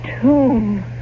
tomb